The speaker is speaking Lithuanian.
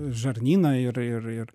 žarnyną ir ir ir